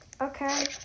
Okay